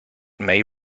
may